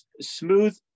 smooth